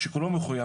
שכולו מחויב,